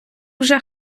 вже